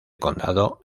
condado